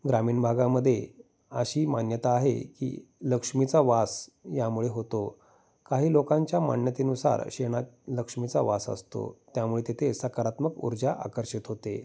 ग्रामीण भागामध्ये अशी मान्यता आहे की लक्ष्मीचा वास यामुळे होतो काही लोकांच्या मान्यतेनुसार शेणात लक्ष्मीचा वास असतो त्यामुळे तिथे सकारात्मक ऊर्जा आकर्षित होते